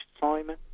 Simon